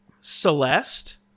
Celeste